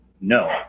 No